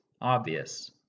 obvious